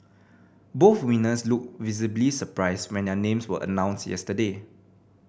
both winners looked visibly surprised when their names were announced yesterday